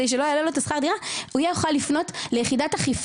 שהוא לא יעלה לו את השכר דירה הוא יהיה יכול לפנות ליחידת האכיפה,